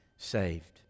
saved